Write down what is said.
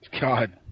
God